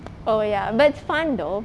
oh ya but it's fun though